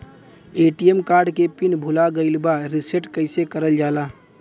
ATM card के PIN भूला गइल बा रीसेट कईसे करल जाला?